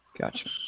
Gotcha